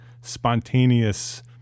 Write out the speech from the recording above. spontaneous